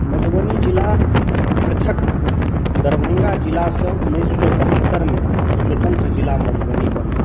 मधुबनी जिला पृथक दरभङ्गा जिलासँ उन्नैस सए बहत्तरिमे स्वतन्त्र जिला मधुबनी बनल